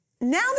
now